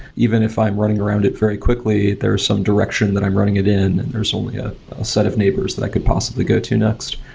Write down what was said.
even if i'm running around it very quickly, there's some direction that i'm running it in and there's only a set of neighbors that i could possibly go to next.